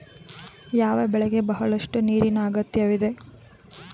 ಯಾವ ಬೆಳೆಗೆ ಬಹಳಷ್ಟು ನೀರಿನ ಅಗತ್ಯವಿದೆ?